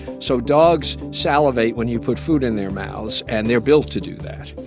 so dogs salivate when you put food in their mouths, and they're built to do that.